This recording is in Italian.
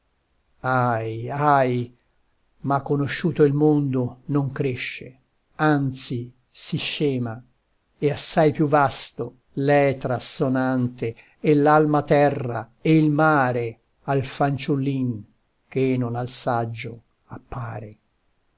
ahi ahi ma conosciuto il mondo non cresce anzi si scema e assai più vasto l'etra sonante e l'alma terra e il mare al fanciullin che non al saggio appare